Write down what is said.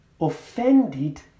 Offended